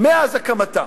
מאז הקמתה.